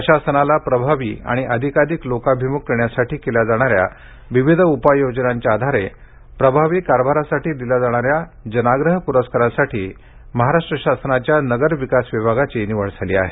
प्रशासनाला प्रभावी आणि अधिकाधिक लोकाभिमुख करण्यासाठी केल्या जाणाऱ्या विविध उपाययोजनांच्या आधारे प्रभावी गव्हर्नन्ससाठी दिला जाणाऱ्या जनाग्रह पुरस्कारासाठी महाराष्ट्र शासनाच्या नगर विकास विभागाची निवड झाली आहे